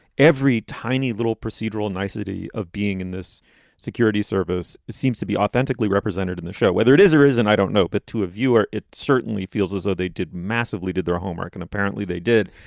every tiny little procedural nicety of being in this security service seems to be authentically represented in the show. whether it is or isn't, i don't know. but to a viewer, it certainly feels as though they did massively did their homework, and apparently they did.